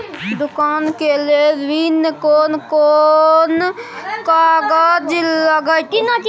दुकान के लेल ऋण कोन कौन कागज लगतै?